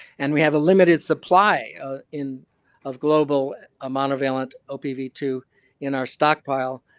and we have a limited supply in of global ah monovalent opv two in our stockpile,